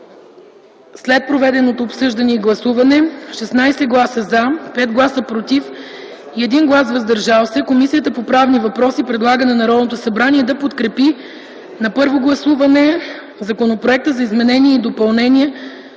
След проведеното обсъждане и гласуване, с 16 гласа „за”, 5 гласа „против” и 1 глас „въздържал